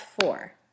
four